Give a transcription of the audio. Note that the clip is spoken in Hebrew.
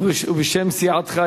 ובשם סיעתך,